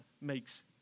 makes